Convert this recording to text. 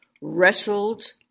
wrestled